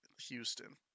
Houston